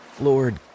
Lord